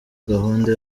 gahunda